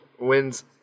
wins